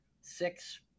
six